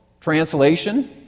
translation